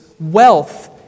Wealth